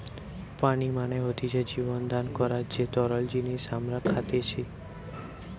পানি মানে হতিছে জীবন দান করার যে তরল জিনিস আমরা খাইতেসি